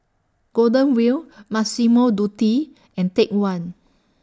Golden Wheel Massimo Dutti and Take one